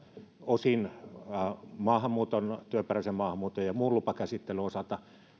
osin työperäisen maahanmuuton ja muun lupakäsittelyn osalta